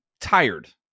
tired